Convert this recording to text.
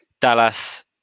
Dallas